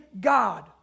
God